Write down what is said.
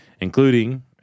including